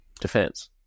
defense